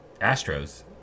Astros